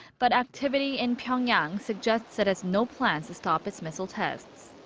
but activity in pyongyang suggests it has no plans to stop its missile tests.